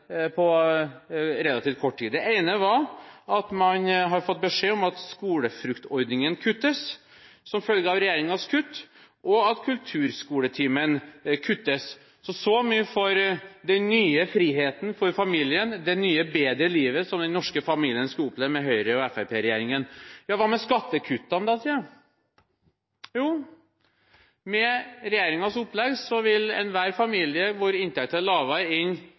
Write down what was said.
på relativt kort tid. I det ene fikk man beskjed om at skolefruktordningen kuttes, som følge av regjeringens kutt, og i det andre fikk man vite at kulturskoletimen kuttes. Så mye for den nye friheten for familien og det nye, bedre livet som den norske familien skulle få oppleve med Høyre–Fremskrittsparti-regjeringen. Hva med skattekuttene? spør de. Jo, med regjeringens opplegg vil alle familier hvor inntekten er